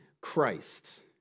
Christ